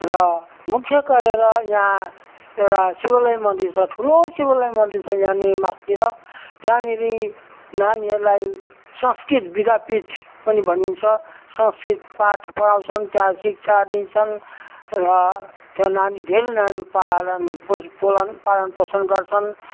र मुख्य गरेर यहाँ एउटा शिवालय मन्दिर छ ठुलो शिवालय मन्दिर छ यहाँनिर मास्तिर त्यहाँनेरि नानीहरूलाई संस्कृत विद्यापिठ पनि भनिन्छ संस्कृत पाठ पढाउँछन् त्यहाँ शिक्षा दिन्छन् र त्यहाँ नानी धेरै नानीहरू पालन पोष पोलान पालन पोषण गर्छन्